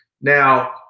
Now